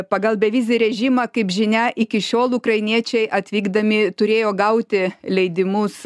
pagal bevizį režimą kaip žinia iki šiol ukrainiečiai atvykdami turėjo gauti leidimus